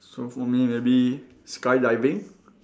so for me maybe skydiving